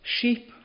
sheep